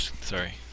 sorry